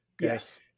Yes